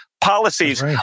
policies